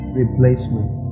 replacement